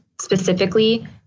specifically